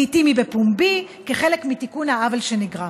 ולעיתים היא בפומבי כחלק מתיקון העוול שנגרם.